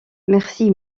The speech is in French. merci